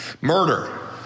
Murder